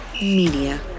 Media